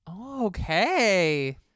okay